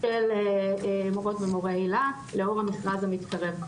של מורות ומורי הילה, לאור המכרז המתקרב.